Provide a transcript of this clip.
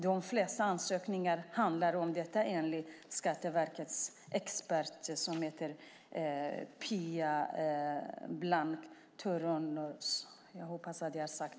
De flesta ansökningar handlar om detta, enligt Skatteverkets expert Pia Blank Thörnroos.